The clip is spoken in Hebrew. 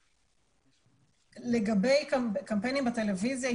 לגבי קמפיינים בטלוויזיה.